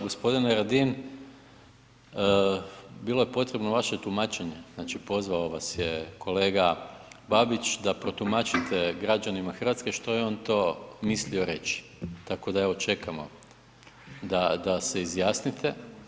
Gospodine Radin bilo je potrebno vaše tumačenje, znači pozvao vas je kolega Babić da protumačite građanima Hrvatske što je on to mislio reći, tako da čekamo da se izjasnite.